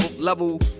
level